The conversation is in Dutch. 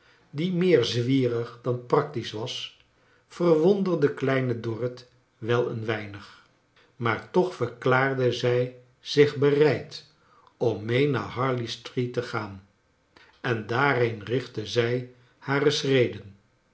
die meer zwierig dan practisch was verwonderden kleine dorrit wel een weinig maar toch verklaarde zij zich bereid om mee naar harley street te gaan en daarheen richtten zij hare schreden